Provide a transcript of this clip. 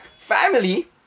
family